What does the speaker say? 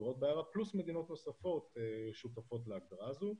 החברות בה פלוס מדינות נוספות ששותפות להגדרה הזו.